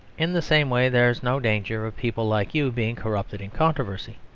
in the same way, there is no danger of people like you being corrupted in controversy.